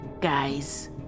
guys